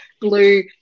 blue